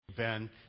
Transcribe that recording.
Ben